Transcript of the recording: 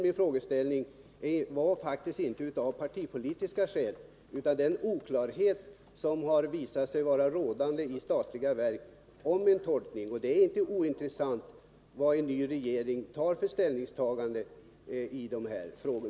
Min frågeställning grundar sig faktiskt inte på partipolitiska skäl utan på den oklarhet i fråga om tolkningen av budgetpropositionen som visat sig vara rådande inom statliga verk. Det är då inte ointressant vilket ställningstagande en ny regering gör i dessa frågor.